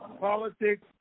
Politics